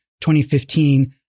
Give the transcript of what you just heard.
2015